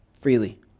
freely